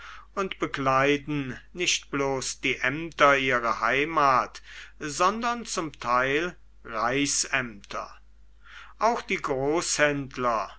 und bekleiden nicht bloß die ämter ihrer heimat sondern zum teil reichsämter auch die